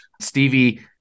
Stevie